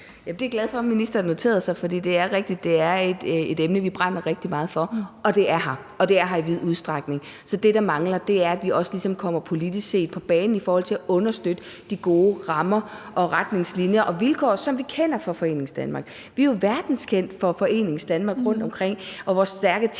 noterede sig, for det er rigtigt, at det er et emne, vi brænder rigtig meget for, og det er her, og det er her i vid udstrækning. Så det, der mangler, er, at vi også ligesom kommer på banen politisk set i forhold til at understøtte de gode rammer, retningslinjer og vilkår, som vi kender fra Foreningsdanmark. Vi er jo verdenskendte for Foreningsdanmark rundtomkring og vores stærke